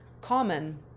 common